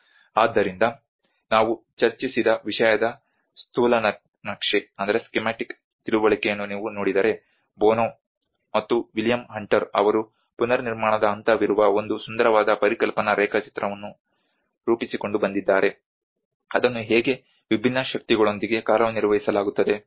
ಆದ್ದರಿಂದ ನಾವು ಚರ್ಚಿಸಿದ ವಿಷಯದ ಸ್ಥೂಲನಕ್ಷೆ ತಿಳುವಳಿಕೆಯನ್ನು ನೀವು ನೋಡಿದರೆ ಬೋನೊ ಮತ್ತು ವಿಲಿಯಂ ಹಂಟರ್ ಅವರು ಪುನರ್ನಿರ್ಮಾಣದ ಹಂತವಿರುವ ಒಂದು ಸುಂದರವಾದ ಪರಿಕಲ್ಪನಾ ರೇಖಾಚಿತ್ರವನ್ನು ರೂಪಿಸಿಕೊಂಡು ಬಂದಿದ್ದಾರೆ ಅದನ್ನು ಹೇಗೆ ವಿಭಿನ್ನ ಶಕ್ತಿಗಳೊಂದಿಗೆ ಕಾರ್ಯನಿರ್ವಹಿಸಲಾಗುತ್ತದೆ